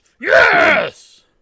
Yes